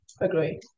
Agree